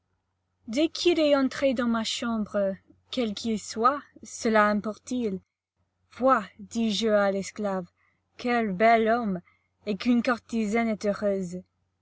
dès qu'il est entré dans ma chambre quel qu'il soit cela importe t il vois dis-je à l'esclave quel bel homme et qu'une courtisane est heureuse